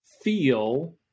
feel